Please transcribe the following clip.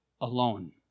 alone